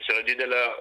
nes yra didelė